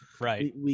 Right